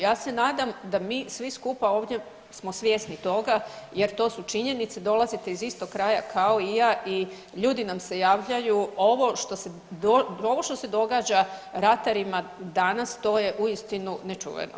Ja se nadam da mi svi skupa ovdje smo svjesni toga jer to su činjenice, dolazite iz istog kraja kao i ja i ljudi nam se javljaju ovo što se događa ratarima danas to je uistinu nečuveno.